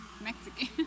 Mexican